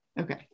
Okay